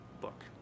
book